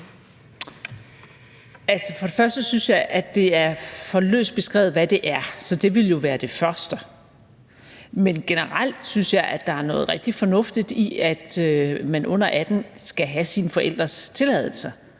Altså, først og fremmest synes jeg, at det er for løst beskrevet, hvad det er, så det ville jo være det første. Men generelt synes jeg, at der er noget rigtig fornuftigt i, at man, hvis man er under 18 år, skal have sine forældres tilladelse